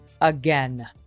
again